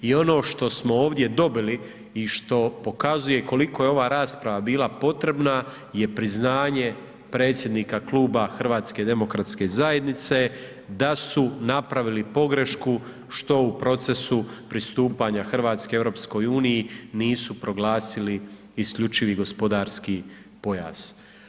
I ono što smo ovdje dobili i što pokazuje koliko je ova rasprava bila potrebna je priznanje predsjednika Kluba HDZ-a da su napravili pogrešku što u procesu pristupanja Hrvatske EU nisu proglasili isključivi gospodarski pojas.